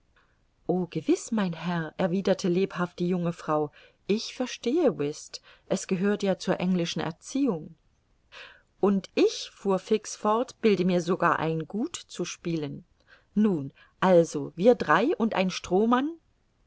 o gewiß mein herr erwiderte lebhaft die junge frau ich verstehe whist es gehört ja zur englischen erziehung und ich fuhr fix fort bilde mir sogar ein gut zu spielen nun also wir drei und ein strohmann